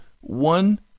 one